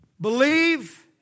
Believe